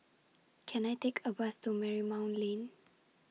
Can I Take A Bus to Marymount Lane